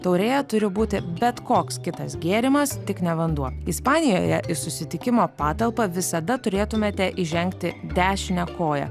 taurėje turi būti bet koks kitas gėrimas tik ne vanduo ispanijoje į susitikimo patalpą visada turėtumėte įžengti dešine koja